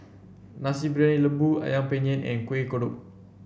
Nasi Briyani Lembu ayam Penyet and Kueh Kodok